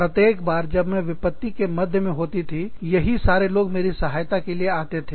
प्रत्येक बार जब मैं विपत्ति के मध्य में होती थी यही सारे लोग मेरी सहायता के लिए आते थे